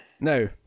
no